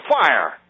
fire